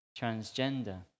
transgender